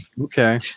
okay